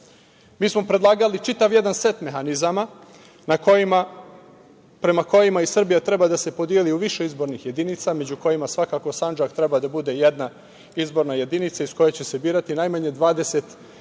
Mi smo predlagali čitav jedan set mehanizama prema kojem i Srbija treba da se podeli u više izbornih jedinica, među kojima svakako Sandžak treba da bude jedna izborna jedinica iz koje će se birati najmanje 20 narodnih